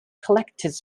collectors